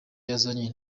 yazanye